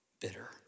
bitter